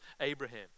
Abraham